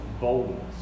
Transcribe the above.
boldness